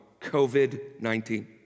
COVID-19